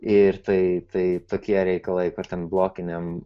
ir tai tai tokie reikalai kur ten blokiniam